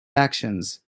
actions